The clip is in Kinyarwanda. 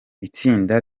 itsinda